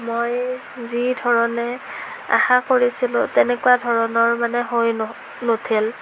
মই যি ধৰণে আশা কৰিছিলো তেনেকুৱা ধৰণৰ মানে হৈ নুঠিল